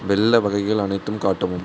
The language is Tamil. வெல்ல வகைகள் அனைத்தும் காட்டவும்